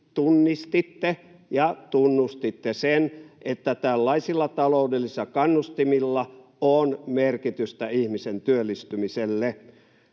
tunnistitte ja tunnustitte sen, että tällaisilla taloudellisilla kannustimilla on merkitystä ihmisen työllistymiselle.